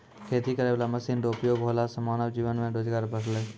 खेती करै वाला मशीन रो उपयोग होला से मानब जीवन मे रोजगार बड़लै